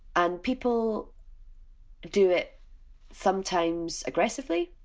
and people do it sometimes aggressively,